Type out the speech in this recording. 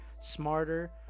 smarter